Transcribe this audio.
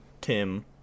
Tim